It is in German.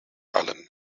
allem